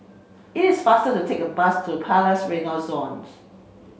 it is faster to take the bus to Palais Renaissance